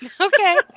Okay